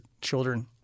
children